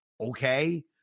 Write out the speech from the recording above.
okay